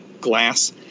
glass